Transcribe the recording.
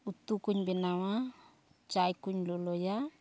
ᱩᱛᱩ ᱠᱚᱧ ᱵᱮᱱᱟᱣᱟ ᱪᱟᱭ ᱠᱩᱧ ᱞᱚᱞᱚᱭᱟ